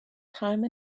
time